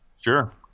Sure